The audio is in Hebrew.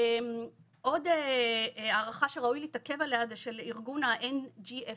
עוד הערכה שראוי להתעכב עליה, זה של ארגון ה-NGFS.